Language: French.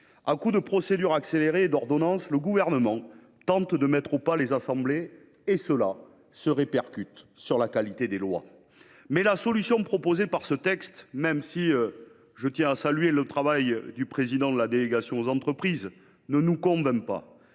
À coups de procédures accélérées et d’ordonnances, le Gouvernement tente de mettre au pas les assemblées parlementaires, et cela se répercute sur la qualité des lois. Aussi, la solution prévue dans ce texte, même si je tiens à saluer le travail du président de la délégation aux entreprises, ne nous convainc pas.